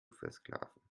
versklaven